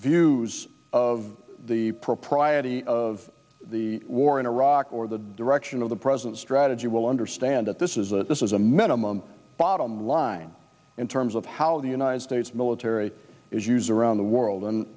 views of the propriety of the war in iraq or the direction of the president's strategy will understand at this is that this is a minimum bottom line in terms of how the united states military is use around the world and